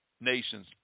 nations